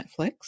Netflix